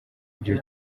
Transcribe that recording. byo